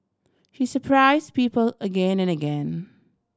he surprise people again and again